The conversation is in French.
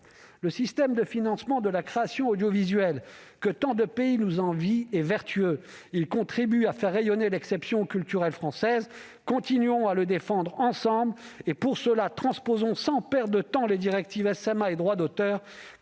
Le système de financement de la création audiovisuelle que tant de pays nous envient est vertueux. Il contribue à faire rayonner l'exception culturelle française ! Continuons à le défendre ensemble. Pour cela, transposons sans perdre de temps les directives SMA et droits d'auteurs,